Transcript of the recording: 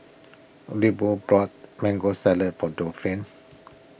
Leopold bought Mango Salad for Delphin